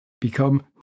become